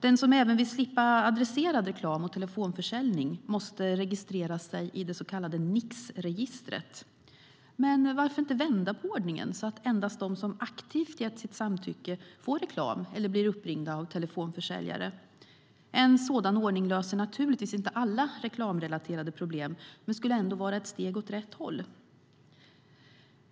Den som även vill slippa adresserad reklam och telefonförsäljning måste registrera sig i det så kallade Nixregistret. Men varför inte vända på ordningen så att endast de som aktivt har gett sitt samtycke får reklam eller blir uppringda av telefonförsäljare? En sådan ordning löser naturligtvis inte alla reklamrelaterade problem men skulle ändå vara ett steg åt rätt håll.